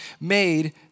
made